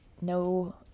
no